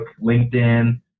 LinkedIn